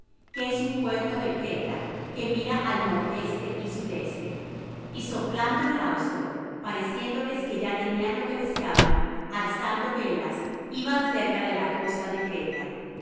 que es un puerto de creta que mira al nordeste y sudeste y soplando el austro pareciéndoles que ya tenían lo que deseaban alzando velas iban cerca de la costa